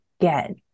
get